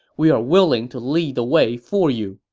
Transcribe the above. we are willing to lead the way for you.